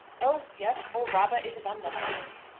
oh yes or rather, it is unnecessary.